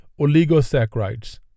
oligosaccharides